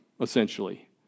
essentially